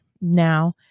Now